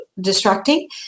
distracting